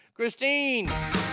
Christine